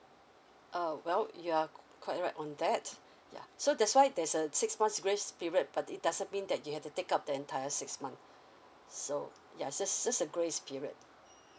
uh well you are quite right on that yeah so that's why there's a six months grace period but it doesn't mean that you have to take up the entire six month so ya just just a grace period